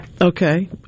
okay